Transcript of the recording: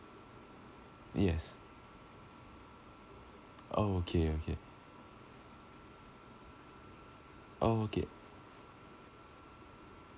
yes okay okay okay